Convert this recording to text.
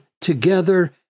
together